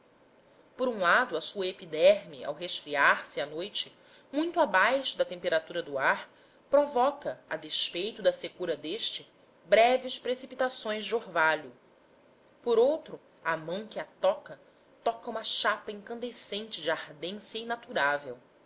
por um lado a sua epiderme ao resfriar se à noite muito abaixo da temperatura do ar provoca a despeito da secura deste breves precipitações de orvalho por outro a mão que a toca toca uma chapa incandescente de ardência